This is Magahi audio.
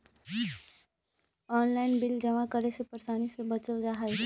ऑनलाइन बिल जमा करे से परेशानी से बच जाहई?